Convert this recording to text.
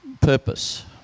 purpose